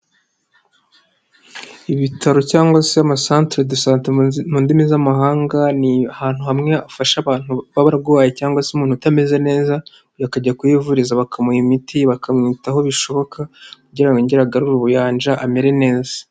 Ibitaro cyangwa se amasantere dosante mu ndimi z'amahanga, ni ahantu ahamwe afasha abantu babarwaye cyangwa se umuntu utameze neza, akajya kuhivuriza bakamuha imiti bakamwitaho bishoboka kugira ngo yongere agarure ubuyanja amere neza.